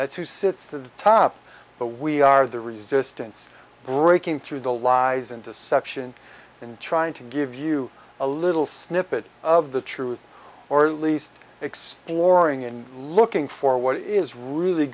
who sits to the top but we are the resistance breaking through the lies and deception and trying to give you a little snippet of the truth or at least exploring and looking for what is really